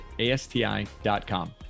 asti.com